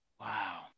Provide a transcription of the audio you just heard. Wow